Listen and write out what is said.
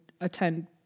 attend